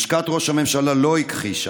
לשכת ראש הממשלה לא הכחישה.